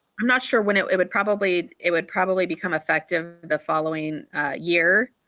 i'm not sure when it would probably it would probably become effective the following year.